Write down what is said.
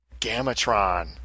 Gamatron